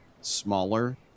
smaller